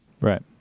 Right